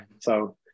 so-